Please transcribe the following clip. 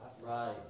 Right